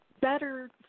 better